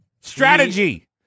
Strategy